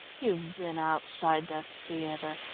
you've been outside the theatre,